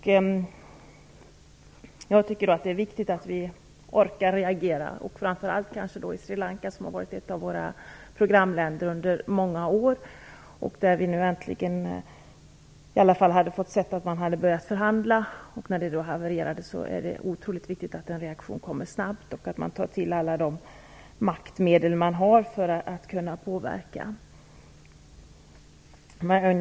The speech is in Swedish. Jag tycker att det är viktigt att vi orkar reagera, kanske framför allt när det gäller Sri Lanka som har varit ett av våra programländer under många år. Nu har vi äntligen fått se att man började förhandla. När det havererade är det oerhört viktigt att en reaktion kommer snabbt och att man tar till alla de maktmedel man har för att kunna påverka.